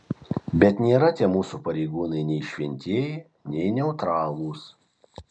bet nėra tie mūsų pareigūnai nei šventieji nei neutralūs